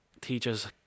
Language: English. teachers